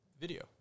video